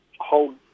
hold